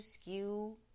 skew